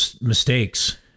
mistakes